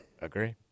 Agree